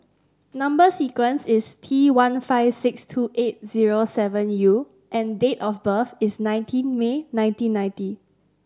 number sequence is T one five six two eight zero seven U and date of birth is nineteen May nineteen ninety